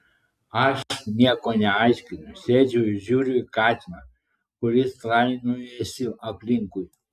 aš nieko neaiškinu sėdžiu ir žiūriu į katiną kuris trainiojasi aplinkui